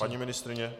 Paní ministryně?